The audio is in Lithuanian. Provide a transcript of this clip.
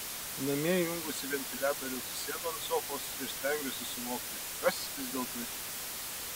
namie įjungusi ventiliatorių atsisėdu ant sofos ir stengiuosi suvokti kas vis dėlto įvyko